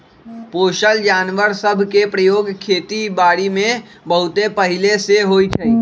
पोसल जानवर सभ के प्रयोग खेति बारीमें बहुते पहिले से होइ छइ